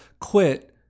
quit